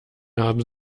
haben